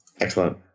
Excellent